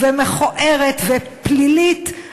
מכוערת ופלילית.